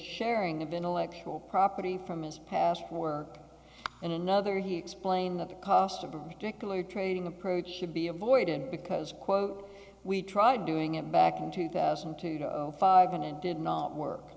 sharing of intellectual property from his past work and another he explained that the cost of a particular trading approach should be avoided because quote we tried doing it back in two thousand and five and it did not work